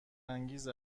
انگیز